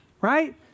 right